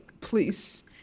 please